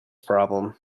problem